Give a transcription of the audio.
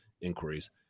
inquiries